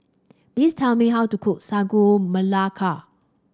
please tell me how to cook Sagu Melaka